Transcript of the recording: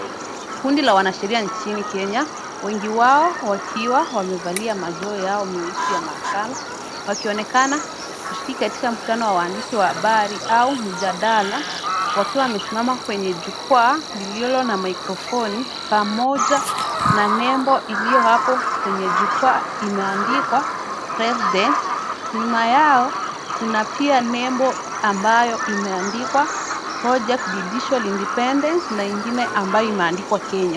Kundi la wanasheria nchini Kenya wengi wao wakiwa wamevalia majoho yao meusi ya makaa. wakionekana kushiriki katika makutano wa habari au mjadala wakiwa wamesimama kwenye jukwaa lililona maikrofoni, pamoja na nembo ilioapo kwenye jukwaa imeandikwa (cs) president (cs) nyuma yao kuna pia nembo ambayo imeandikwa. (cs) project judicial independence(cs) na ingine imeandikwa Kenya.